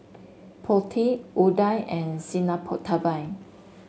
Potti Udai and